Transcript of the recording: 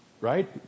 right